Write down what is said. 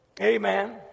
Amen